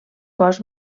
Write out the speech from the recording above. cos